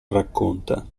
racconta